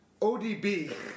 ODB